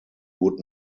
would